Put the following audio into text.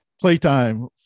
Playtime